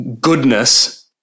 goodness